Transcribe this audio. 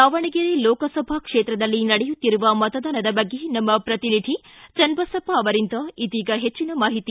ದಾವಣಗೆರೆ ಲೋಕಸಭಾ ಕ್ಷೇತ್ರದಲ್ಲಿ ನಡೆಯುತ್ತಿರುವ ಮತದಾನದ ಬಗ್ಗೆ ನಮ್ಮ ಪ್ರತಿನಿಧಿ ಚನ್ನಬಸಪ್ಪ ಅವರಿಂದ ಇದೀಗ ಹೆಚ್ಚಿನ ಮಾಹಿತಿ